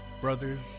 brothers